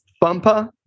bumper